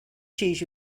cheese